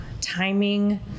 timing